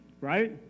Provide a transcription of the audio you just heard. right